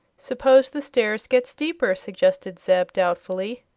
suppose the stairs get steeper? suggested zeb, doubtfully.